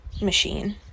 machine